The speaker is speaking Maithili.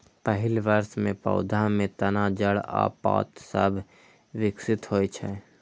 पहिल वर्ष मे पौधा मे तना, जड़ आ पात सभ विकसित होइ छै